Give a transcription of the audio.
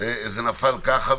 זה נפל ככה,